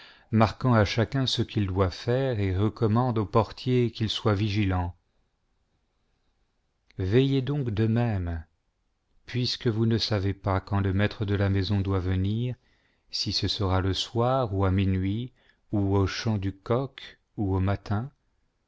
marquant à chacun ce qu'il doit faire et recommande au portier qu'il soit vigilant veillez donc de même y uisque vous ne savez pas quand le maître de la maison doit venir j si ce sera le soir ou à minuit ou au chant du coq ou au matin